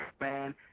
man